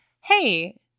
hey